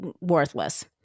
worthless